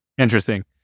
Interesting